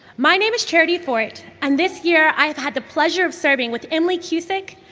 my name is charity fort, and this year i've had the pleasure of serving with emily cusick,